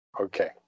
okay